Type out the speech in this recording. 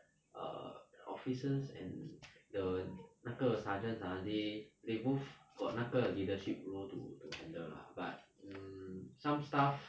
err officers and the 那个 sergeants ah they they both got 那个 leadership role to to handle lah but um some stuff